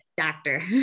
doctor